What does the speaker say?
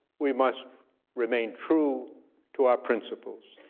we must remain true to our principles.